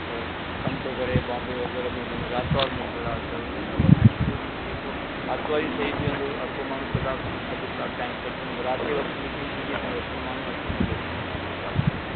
कम थो करे बॉम्बे वग़ैरह में त हुनखे आर्तवारु मोकिल आहे त हुन हिसाब सां हिकिड़ो ॾींहुं जेको आर्तवार ई सही बीहंदो हर को माण्हू कलाकु खनि अधु कलाकु टाइम कढजंदो राति जे वक़्तु मीटिंग थींदी त पोइ माण्हू अची सघे थो मुंहिंजे हिसाब सां